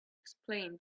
explain